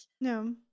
no